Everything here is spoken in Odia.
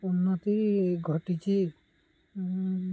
ଉନ୍ନତି ଘଟିଛି